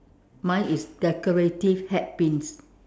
mine is decorative hat pins